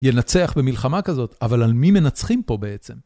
ינצח במלחמה כזאת, אבל על מי מנצחים פה בעצם?